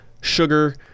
sugar